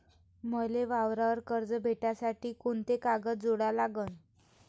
मले वावरावर कर्ज भेटासाठी कोंते कागद जोडा लागन?